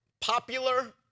popular